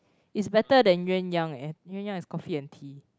is better than Yuan-Yang eh Yuan-Yang is coffee and tea